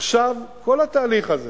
עכשיו כל התהליך הזה